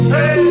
Hey